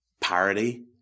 parody